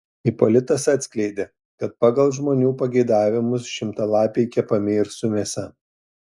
ipolitas atskleidė kad pagal žmonių pageidavimus šimtalapiai kepami ir su mėsa